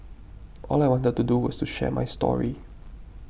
all I wanted to do was to share my story